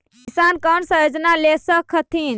किसान कोन सा योजना ले स कथीन?